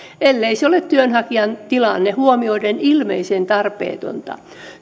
ellei se ole työnhakijan tilanne huomioiden ilmeisen tarpeetonta